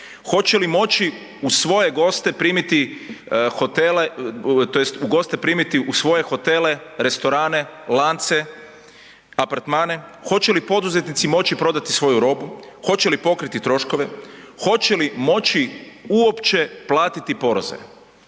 hoće li moći u svoje hotele primiti goste, restorane, lance, apartmane, hoće li poduzetnici moći prodati svoju robu, hoće li pokriti troškove, hoće li moći uopće platiti poreze